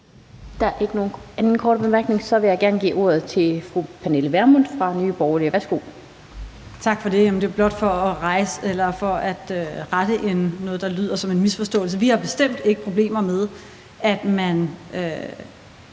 Der er ikke en anden kort bemærkning. Så vil jeg gerne give ordet til fru Pernille Vermund fra Nye Borgerlige. Værsgo. Kl. 14:43 Pernille Vermund (NB): Tak for det. Det er blot for at rette noget, der lyder som en misforståelse. Vi har bestemt ikke problemer med, at man